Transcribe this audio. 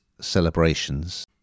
celebrations